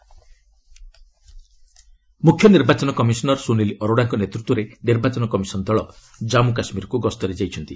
JK ECI ମୁଖ୍ୟ ନିର୍ବାଚନ commissioner Sunil ଅରୋଡାଙ୍କ ନେତୃତ୍ୱରେ ନିର୍ବାଚନ କମିଶନ୍ ଦଳ ଜନ୍ମୁ କାଶ୍ମୀରକୁ ଗସ୍ତରେ ଯାଇଛନ୍ତି